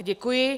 Děkuji.